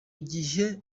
gihe